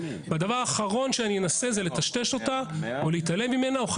והדבר האחרון שאני אנסה זה לטשטש אותה או להתעלם ממנה או,